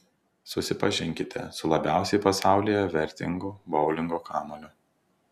susipažinkite su labiausiai pasaulyje vertingu boulingo kamuoliu